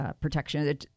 protection